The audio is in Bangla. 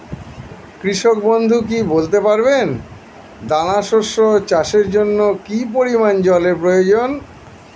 কৃষক বন্ধু কি বলতে পারবেন দানা শস্য চাষের জন্য কি পরিমান জলের প্রয়োজন?